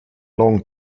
lång